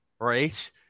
right